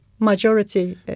Majority